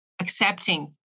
accepting